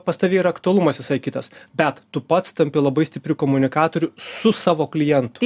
pas tave yra aktualumas visai kitas bet tu pats tampi labai stipriu komunikatoriu su savo klientu